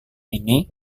ini